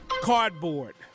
Cardboard